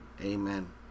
Amen